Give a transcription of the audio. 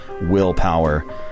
willpower